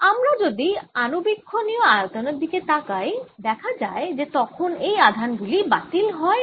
আমরা যদি আনুবিক্ষনীয় আয়তনের দিকে তাকাই দেখা যায় যে তখন এই আধানগুলি বাতিল হয় না